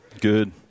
Good